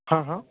हाँ हाँ